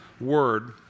word